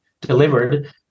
delivered